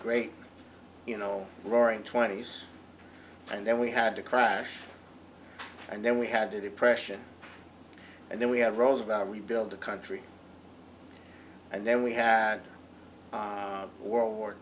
great you know roaring twenty's and then we had to crash and then we had a depression and then we had roosevelt to rebuild the country and then we had world war